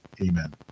Amen